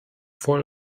voll